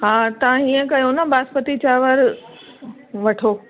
हा तव्हां हीअं कयो ना बासमती चांवर वठो